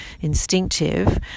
instinctive